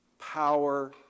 power